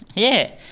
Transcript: yeah.